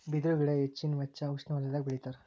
ಬಿದರು ಗಿಡಾ ಹೆಚ್ಚಾನ ಹೆಚ್ಚ ಉಷ್ಣವಲಯದಾಗ ಬೆಳಿತಾರ